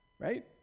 right